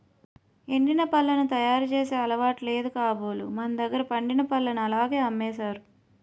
ఎండిన పళ్లను తయారు చేసే అలవాటు లేదు కాబోలు మనదగ్గర పండిన పల్లని అలాగే అమ్మేసారు